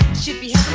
should be